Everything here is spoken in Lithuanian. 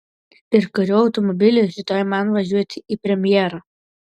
ir kuriuo automobiliu rytoj man važiuoti į premjerą